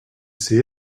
see